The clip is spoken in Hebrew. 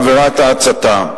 עבירת ההצתה.